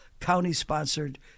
county-sponsored